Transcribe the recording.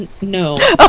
No